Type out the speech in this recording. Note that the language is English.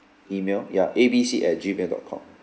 email ya A B C at gmail dot com